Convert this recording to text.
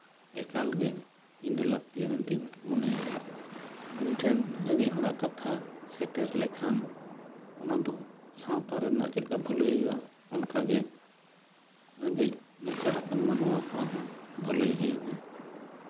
ᱮᱠᱟᱞᱜᱮ ᱤᱧ ᱫᱚ ᱞᱟᱹᱠᱛᱤᱭᱟ ᱢᱮᱱᱛᱤᱧ ᱢᱚᱱᱮᱭᱟ ᱩᱱᱤ ᱴᱷᱮᱱ ᱨᱮᱸᱜᱮᱡ ᱦᱚᱲᱟᱜ ᱠᱟᱛᱷᱟ ᱥᱮᱴᱮᱨ ᱞᱮᱠᱷᱟᱱ ᱚᱱᱟ ᱫᱚ ᱥᱟᱶᱛᱟ ᱨᱮᱱᱟᱜ ᱪᱮᱫ ᱞᱮᱠᱟ ᱵᱷᱟᱹᱞᱟᱹᱭ ᱦᱩᱭᱩᱜᱼᱟ ᱚᱱᱠᱟᱜᱮ ᱨᱮᱸᱜᱮᱡ ᱱᱟᱪᱟᱨ ᱟᱠᱟᱱ ᱢᱟᱱᱣᱟ ᱠᱚᱣᱟᱜ ᱦᱚᱸ ᱵᱷᱟᱹᱞᱟᱹᱭ ᱦᱩᱭᱩᱜᱼᱟ